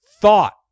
thought